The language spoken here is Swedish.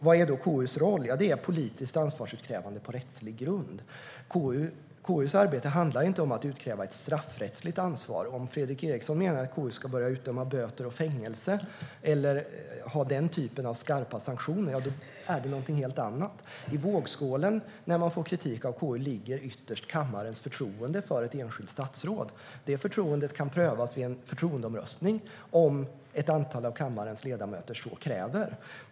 Vad är då KU:s roll? Det är politiskt ansvarsutkrävande på rättslig grund. KU:s arbete handlar inte om att utkräva ett straffrättsligt ansvar. Om Fredrik Eriksson menar att KU ska börja utdöma böter och fängelse eller ha den typen av skarpa sanktioner, då är det något helt annat. I vågskålen, när man får kritik av KU, ligger ytterst kammarens förtroende för ett enskilt statsråd. Det förtroendet kan prövas i en förtroendeomröstning om ett antal av kammarens ledamöter så kräver.